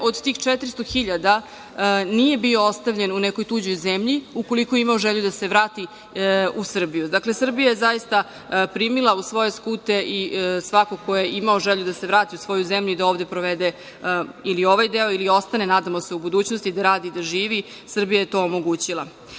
od tih 400.000 nije bio ostavljen u nekoj tuđoj zemlji ukoliko je imao želju da se vrati u Srbiju. Dakle, Srbija je zaista primila u svoje skute i svakog ko je imao želju da se vrati u svoju zemlju i da ovde provode ili ovaj deo ili ostane, nadamo se, u budućnosti da radi i da živi, Srbija je to omogućila.Međutim,